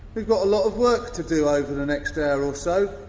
we've got a lot of work to do over the next hour or so.